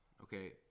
Okay